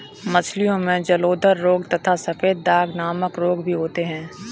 मछलियों में जलोदर रोग तथा सफेद दाग नामक रोग भी होता है